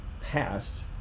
passed